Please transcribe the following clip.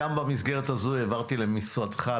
גם במסגרת הזאת העברתי למשרדך,